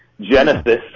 genesis